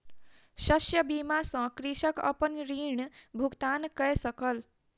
शस्य बीमा सॅ कृषक अपन ऋण भुगतान कय सकल